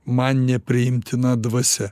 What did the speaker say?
man nepriimtina dvasia